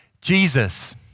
Jesus